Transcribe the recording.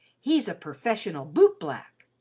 he's a perfessional bootblack.